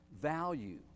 Value